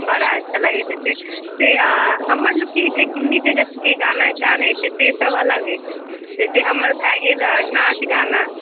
बड़ा अच्छा लगैत छै से से हमरा अछि कि जे नीकसँ गाना जानैत छै से सभ अलग होइत छै जे छै हमर भए गेल नाच गाना